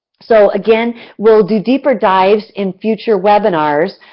so, again we'll do deeper dives in future webinars.